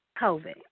COVID